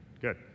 Good